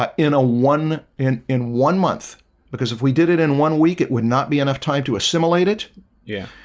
ah in a one in in one month because if we did it in one week, it would not be enough time to assimilate it yeah,